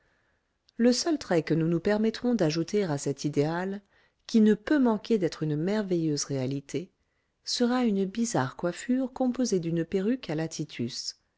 le seul trait que nous nous permettrons d'ajouter à cet idéal qui ne peut manquer d'être une merveilleuse réalité sera une bizarre coiffure composée d'une perruque à